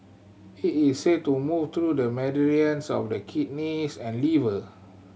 it is said to move through the meridians of the kidneys and liver